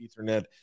Ethernet